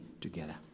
together